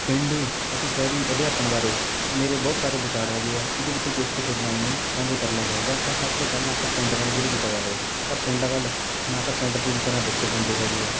ਪੇਂਡੂ ਅਤੇ ਸ਼ਹਿਰੀ ਅਧਿਆਪਨ ਬਾਰੇ ਮੇਰੇ ਬਹੁਤ ਸਾਰੇ ਵਿਚਾਰ ਹੈਗੇ ਹੈ ਇਹਦੇ ਵਿੱਚੋਂ ਕੁਛ ਕੁ ਤੁਹਾਡੇ ਨਾਲ ਮੈਂ ਸਾਂਝੇ ਕਰਨ ਲੱਗਾ ਜਿੱਦਾਂ ਆਪਾਂ ਸਭ ਤੋਂ ਪਹਿਲਾਂ ਆਪਾਂ ਪਿੰਡ ਵੱਲ ਸ਼ੁਰੂ ਕੀਤਾ ਜਾਵੇ ਤਾਂ ਪਿੰਡ ਵੱਲ ਨਾ ਤਾਂ ਪਿੰਡ ਪੂਰੀ ਤਰ੍ਹਾਂ ਵਿਕਸਤ ਹੁੰਦੇ ਹੈਗੇ ਹੈ